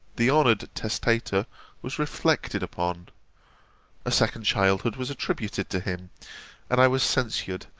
the honoured testator was reflected upon a second childhood was attributed to him and i was censured,